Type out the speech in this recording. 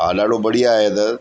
हा ॾाढो बढ़िया आहे इधर